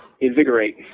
invigorate